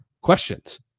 questions